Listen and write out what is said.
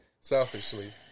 selfishly